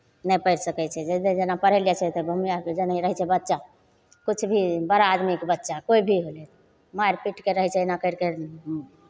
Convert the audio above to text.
नहि पढ़ि सकै छै जतेक जेना पढ़ायल जाइ छै तऽ भूमिहारके जेना रहै छै बच्चा किछु भी बड़ा आदमीके बच्चा कोइ भी होलै मारि पीट कऽ रहै छै एना करि कऽ